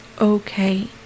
okay